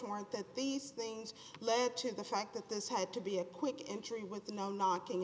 warrant that these things lead to the fact that this had to be a quick entry with no knocking